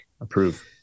Approve